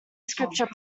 scripture